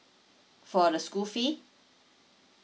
for the school fee